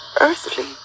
earthly